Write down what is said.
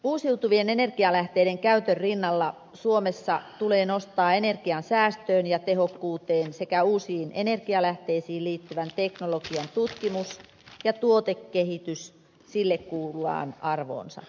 uusiutuvien energialähteiden käytön rinnalla suomessa tulee nostaa energiansäästöön ja tehokkuuteen sekä uusiin energialähteisiin liittyvän teknologian tutkimus ja tuotekehitys sille kuuluvaan arvoonsa